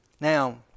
now